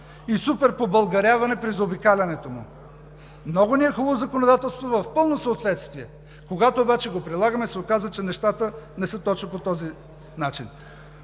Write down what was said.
и суперпобългаряване при заобикалянето му. Много ни е хубаво законодателството, в пълно съответствие! Когато обаче го прилагаме, се оказва, че нещата не са точно по този начин.